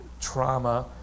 trauma